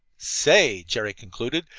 say, jerry concluded,